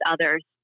others